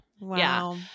Wow